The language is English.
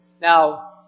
Now